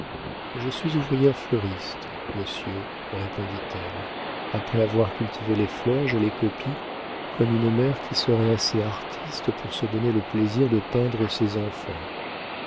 je suis ouvrière fleuriste monsieur répondit-elle après avoir cultivé les fleurs je les copie comme une mère qui serait assez artiste pour se donner le plaisir de peindre ses enfants